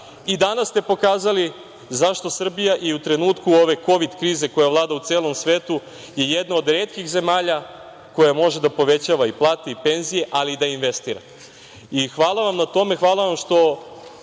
I danas ste pokazali zašto Srbija i u trenutku ove kovid krize koja vlada u celom svetu je jedna od retkih zemalja koja može da povećava i plate i penzije, ali i da investira. Hvala vam na tome, hvala vam što